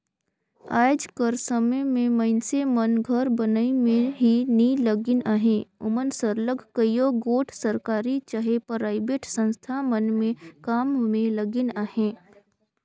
आएज कर समे में मइनसे मन घर बनई में ही नी लगिन अहें ओमन सरलग कइयो गोट सरकारी चहे पराइबेट संस्था मन में काम में लगिन अहें